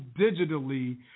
digitally